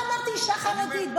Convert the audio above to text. לא אמרתי אישה חרדית,